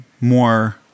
more